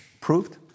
proved